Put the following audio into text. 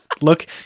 Look